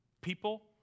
people